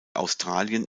australien